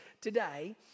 today